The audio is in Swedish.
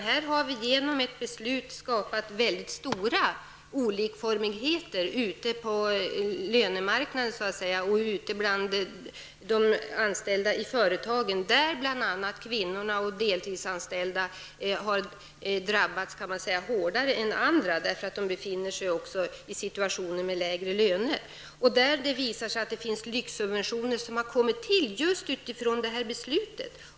Här har vi genom ett beslut skapat mycket stora olikformigheter bland de anställda i företagen, där bl.a. kvinnorna och deltidsanställda har drabbats hårdare än andra, därför att de också har lägre löner. Det visar sig att det där finns lyxsubventioner som har tillkommit just med utgångspunkt i det här beslutet.